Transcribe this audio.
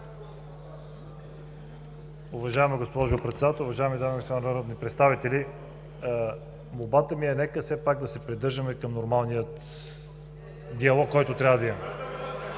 Уважаема госпожо Председател, уважаеми дами и господа народни представители! Молбата ми е все пак да се придържаме към нормалния диалог, който трябва да имаме.